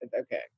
okay